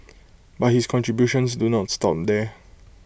but his contributions do not stop there